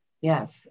yes